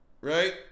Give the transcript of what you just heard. Right